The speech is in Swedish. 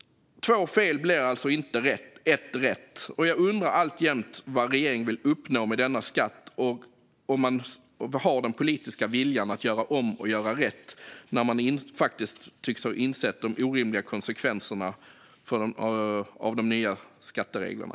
Två fel blir alltså inte ett rätt. Jag undrar alltjämt vad regeringen vill uppnå med denna skatt. Finns den politiska viljan att göra om och göra rätt när man faktiskt tycks ha insett de orimliga konsekvenserna av de nya skattereglerna?